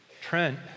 Trent